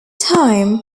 time